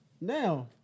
now